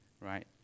right